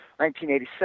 1987